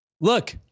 Look